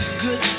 Good